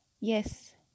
Yes